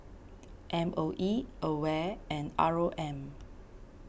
M O E Aware and R O M